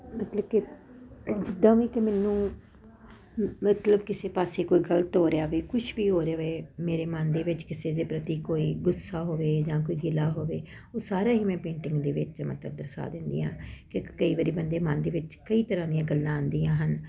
ਮਤਲਵ ਕਿ ਜਿਦਾ ਵੀ ਕਿ ਮੈਨੂੰ ਮਤਲਬ ਕਿਸੇ ਪਾਸੇ ਕੋਈ ਗਲਤ ਹੋ ਰਿਹਾ ਵੀ ਕੁਛ ਵੀ ਹੋ ਜਾਵੇ ਮੇਰੇ ਮਨ ਦੇ ਵਿੱਚ ਕਿਸੇ ਦੇ ਪ੍ਰਤੀ ਕੋਈ ਗੁੱਸਾ ਹੋਵੇ ਜਾਂ ਕੋਈ ਗਿਲਾ ਹੋਵੇ ਉਹ ਸਾਰਾ ਹੀ ਮੈਂ ਪੇਟਿੰਗ ਦੇ ਵਿੱਚ ਮਤਲਵ ਦਰਸਾ ਦਿੰਦੀਆਂ ਕਿ ਕਈ ਵਾਰੀ ਬੰਦੇ ਮਨ ਦੇ ਵਿੱਚ ਕਈ ਤਰ੍ਹਾਂ ਦੀਆਂ ਗੱਲਾਂ ਆਉਂਦੀਆਂ ਹਨ